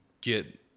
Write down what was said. get